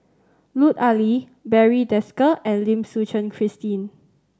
Lut Ali Barry Desker and Lim Suchen Christine